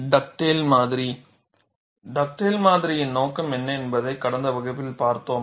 Dugdale மாதிரி டக்டேல் மாதிரியின் நோக்கம் என்ன என்பதை கடந்த வகுப்பில் பார்த்தோம்